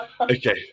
Okay